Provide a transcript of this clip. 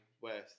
West